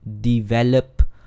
develop